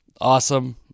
Awesome